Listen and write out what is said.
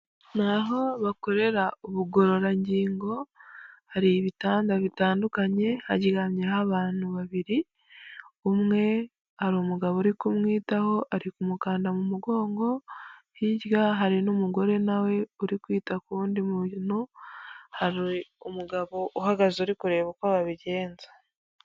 Ni aho bakorera ubugororangingo, hari ibitanda bitandukanye haryamyeho abantu babiri, umwe hari umugabo uri kumwitaho ariko kumukanda mu mugongo, hirya hari n'umugore nawe uri kwita ku wundi muntu, hari umugabo uhagaze uri kureba uko babigenza.